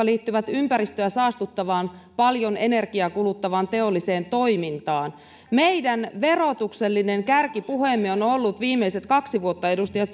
liittyvät ympäristöä saastuttavaan paljon energiaa kuluttavaan teolliseen toimintaan meidän verotuksellinen kärkipuheemme on on ollut viimeiset kaksi vuotta edustaja